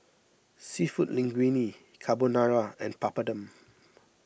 Seafood Linguine Carbonara and Papadum